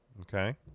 Okay